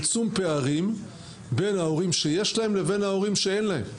פערים בין ההורים שיש להם לבין ההורים שאין להם.